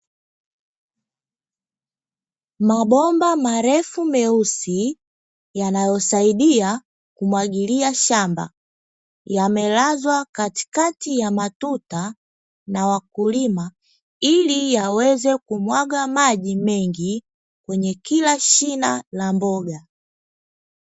Mabomba marefu meusi yanayosaidia kumwagilia shamba, yamelazwa katikati ya matuta na wakulima, ili yaweze kumwaga maji mengi kwenye kila shina la mboga.